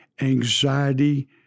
Anxiety